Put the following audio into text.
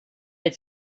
had